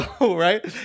right